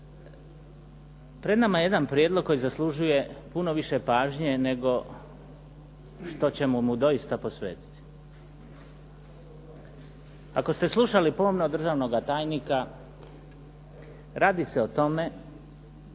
Pred nama je jedan prijedlog koji zaslužuje puno više pažnje nego što ćemo mu doista posvetiti. Ako ste slušali pomno državnoga tajnika, radi se o tome